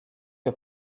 que